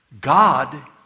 God